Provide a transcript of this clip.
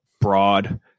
broad